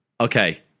Okay